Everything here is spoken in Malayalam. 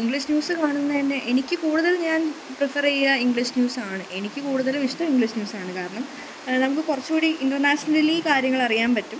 ഇംഗ്ലീഷ് ന്യൂസ് കാണുന്നതിന് എനിക്ക് കൂടുതല് ഞാന് പ്രിഫർ ചെയ്യുക ഇംഗ്ലീഷ് ന്യൂസാണ് എനിക്ക് കൂടുതലും ഇഷ്ടം ഇംഗ്ലീഷ് ന്യൂസാണ് കാരണം നമുക്ക് കുറച്ചുകൂടി ഇന്റര്നാഷണലി കാര്യങ്ങളറിയാന് പറ്റും